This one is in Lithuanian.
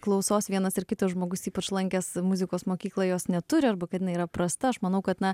klausos vienas ar kitas žmogus ypač lankęs muzikos mokyklą jos neturi arba kad jinai yra prasta aš manau kad na